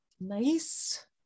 Nice